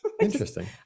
interesting